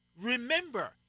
Remember